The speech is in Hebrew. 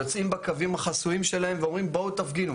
יוצאים בקווים החסויים שלהם ואומרים, בואו תפגינו.